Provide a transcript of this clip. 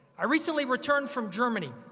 i recently returned from germany,